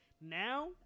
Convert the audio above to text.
now